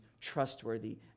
trustworthy